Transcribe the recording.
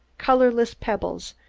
colorless pebbles,